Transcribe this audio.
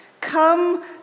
Come